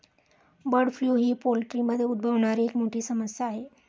bird flu ही पोल्ट्रीमध्ये उद्भवणारी एक मोठी समस्या आहे